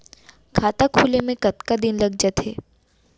खाता खुले में कतका दिन लग जथे?